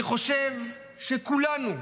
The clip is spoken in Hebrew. אני חושב שכולנו,